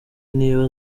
niba